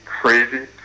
crazy